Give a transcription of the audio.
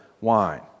wine